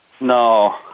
No